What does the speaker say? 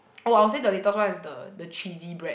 oh I will say the latest one is the the cheesy bread